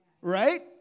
right